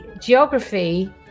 geography